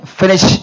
finish